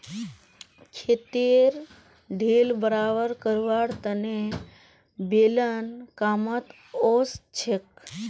खेतेर ढेल बराबर करवार तने बेलन कामत ओसछेक